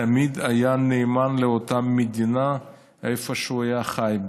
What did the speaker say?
ותמיד היה נאמן לאותה מדינה שהוא חי בה.